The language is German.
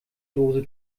dose